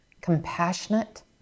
compassionate